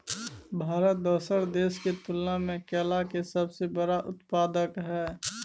भारत दोसर देश के तुलना में केला के सबसे बड़ उत्पादक हय